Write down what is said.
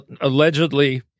allegedly